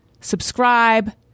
subscribe